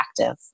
active